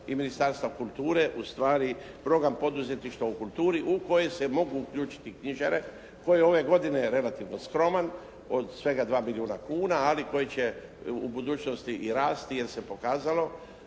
i Ministarstva kulture ustvari program poduzetništva u kulturi u koji se mogu uključiti knjižare koji je ove godine relativno skroman, svega 2 milijuna kuna, ali koji će u budućnosti i rasti jer se pokazalo